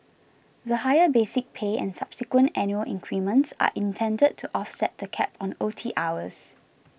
the higher basic pay and subsequent annual increments are intended to offset the cap on O T hours